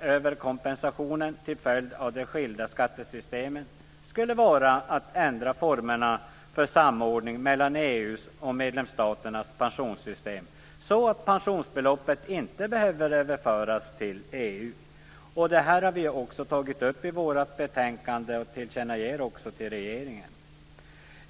överkompensationen till följd av de skilda skattesystemen skulle vara att ändra formerna för samordning mellan EU:s och medlemsstaternas pensionssystem så att pensionsbeloppet inte behöver överföras till EU. Detta har vi tagit upp i utskottets betänkande och tillkännager också till regeringen.